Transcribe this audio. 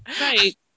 right